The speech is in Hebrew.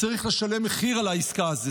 צריך לשלם מחיר על העסקה הזו.